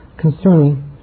concerning